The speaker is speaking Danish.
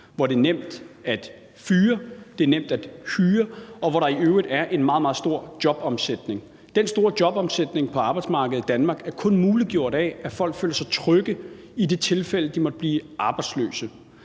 hvor det er nemt at fyre, og det er nemt at hyre, og hvor der i øvrigt er en meget, meget stor jobomsætning. Den store jobomsætning på arbejdsmarkedet i Danmark er kun muliggjort af, at folk føler sig trygge i det tilfælde, de måtte blive arbejdsløse,